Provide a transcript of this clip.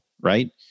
right